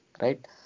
Right